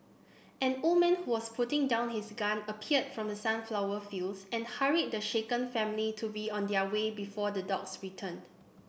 an old man who was putting down his gun appeared from the sunflower fields and hurried the shaken family to be on their way before the dogs return